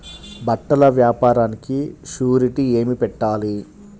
బట్టల వ్యాపారానికి షూరిటీ ఏమి పెట్టాలి?